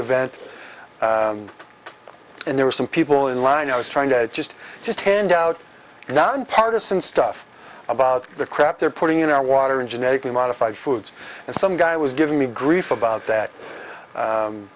event and there were some people in line i was trying to just just hand out now and partisan stuff about the crap they're putting in our water and genetically modified foods and some guy was giving me grief about that